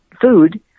food